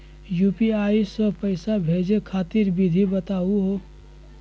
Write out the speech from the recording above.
UPI स पैसा भेजै खातिर विधि बताहु हो?